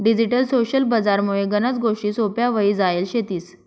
digital social बजार मुळे गनच गोष्टी सोप्प्या व्हई जायल शेतीस